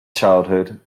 childhood